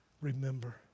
remember